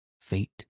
Fate